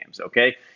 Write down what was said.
okay